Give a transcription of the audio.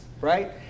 right